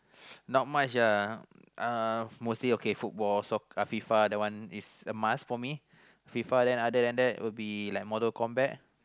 not much uh mostly okay football so F_I_F_A that one is a must for me F_I_F_A other than that would be Mortal-Kombat